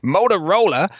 Motorola